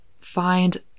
find